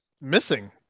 missing